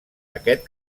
aquest